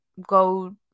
go